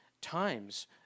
times